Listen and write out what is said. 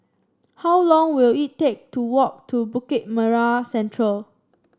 how long will it take to walk to Bukit Merah Central